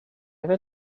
ever